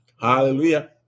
Hallelujah